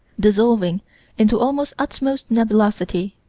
dissolving into almost utmost nebulosity.